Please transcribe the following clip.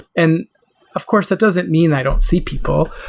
and of course, it doesn't mean i don't see people.